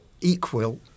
equal